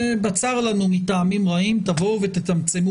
ובצר לנו מטעמים רעים תבואו ותצמצמו